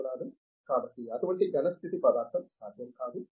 విశ్వనాథన్ కాబట్టి అటువంటి ఘన స్థితి పదార్థం సాధ్యం కాదు